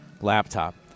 laptop